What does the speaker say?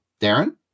Darren